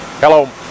Hello